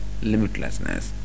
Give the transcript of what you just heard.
limitlessness